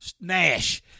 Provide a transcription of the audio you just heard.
Nash